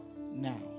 now